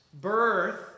birth